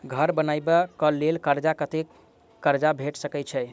घर बनबे कऽ लेल कर्जा कत्ते कर्जा भेट सकय छई?